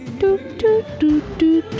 doo doo doo doo